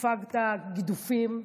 ספגת גידופים,